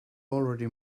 already